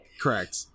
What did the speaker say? Correct